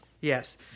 Yes